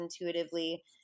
intuitively